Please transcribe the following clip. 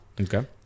Okay